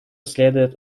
следует